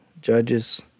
Judges